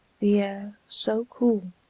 the air, so cool,